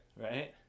right